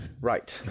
Right